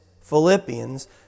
Philippians